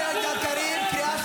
--- קריב,